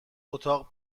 اتاق